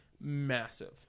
massive